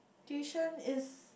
tuition is